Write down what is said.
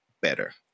better